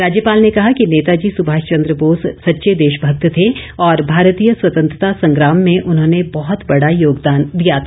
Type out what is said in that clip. राज्यपाल ने कहा कि नेताजी सुभाष चंद्र बोस सच्चे देशभक्त थे और भारतीय स्वतंत्रता संग्राम में उन्होंने बहुत बड़ा योगदान दिया था